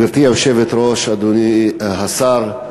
גברתי היושבת-ראש, אדוני השר,